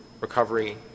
recovery